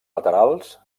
laterals